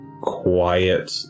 quiet